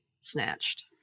snatched